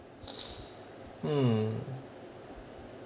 hmm